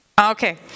Okay